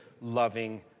loving